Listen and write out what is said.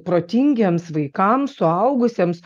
protingiems vaikams suaugusiems